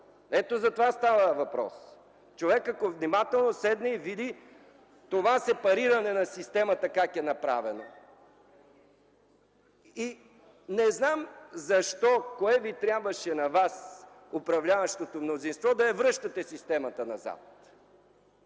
За това става въпрос. Човек, ако внимателно седне и види това сепариране на системата как е направено... И не знам защо, кое ви трябваше на вас, управляващото мнозинство, да връщате системата назад?!